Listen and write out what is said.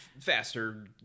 faster